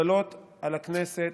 ההגבלות על הכנסת,